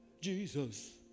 Jesus